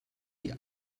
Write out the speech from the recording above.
die